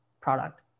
product